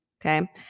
okay